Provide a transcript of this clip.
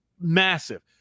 Massive